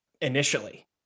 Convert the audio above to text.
initially